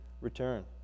return